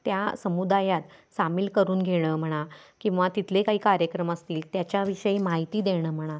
त्या समुदायात सामिल करून घेणं म्हणा किंवा तिथले काही कार्यक्रम असतील त्याच्याविषयी माहिती देणं म्हणा